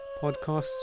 podcasts